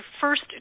first